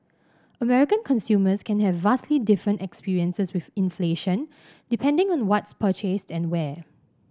American consumers can have vastly different experiences with inflation depending on what's purchased and where